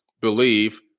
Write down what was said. believe